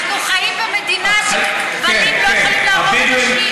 אנחנו חיים במדינה שגמלים לא יכולים להרוג אנשים.